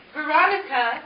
Veronica